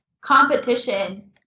competition